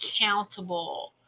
accountable